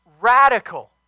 radical